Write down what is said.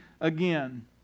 again